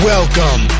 Welcome